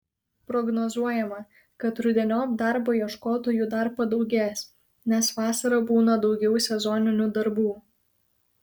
prognozuojama kad rudeniop darbo ieškotojų dar padaugės nes vasarą būna daugiau sezoninių darbų